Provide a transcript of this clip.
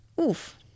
oof